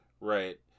Right